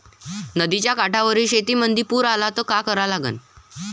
नदीच्या काठावरील शेतीमंदी पूर आला त का करा लागन?